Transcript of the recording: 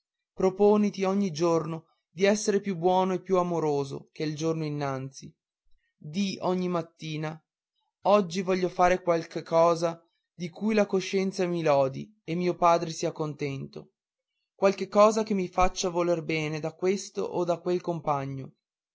macchia proponiti oggi giorno di essere più buono e più amoroso che il giorno innanzi di ogni mattina oggi voglio far qualche cosa di cui la coscienza mi lodi e mio padre sia contento qualche cosa che mi faccia voler bene da questo o da quel compagno